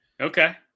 Okay